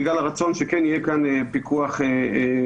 בגלל הרצון שכן יהיה כאן פיקוח פרלמנטרי.